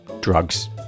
Drugs